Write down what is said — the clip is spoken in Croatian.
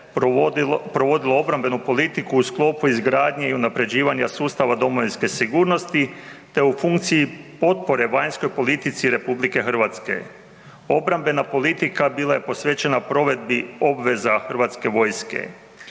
provodilo obrambenu politiku u sklopu izgradnje i unaprjeđivanja sustava domovinske sigurnosti te u funkciji potpore vanjskoj politici RH. Obrambena politika bila je posvećena provedbi obveza Hrvatske vojske.